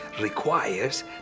requires